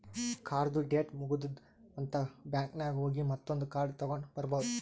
ಕಾರ್ಡ್ದು ಡೇಟ್ ಮುಗದೂದ್ ಅಂತ್ ಬ್ಯಾಂಕ್ ನಾಗ್ ಹೋಗಿ ಮತ್ತೊಂದ್ ಕಾರ್ಡ್ ತಗೊಂಡ್ ಬರ್ಬಹುದ್